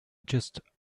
just